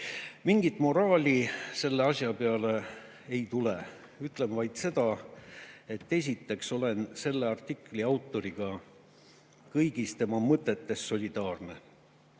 Mingit moraali selle asja peale ei tule. Ütlen vaid seda, et esiteks, ma olen selle artikli autoriga kõigis tema mõtetes solidaarne.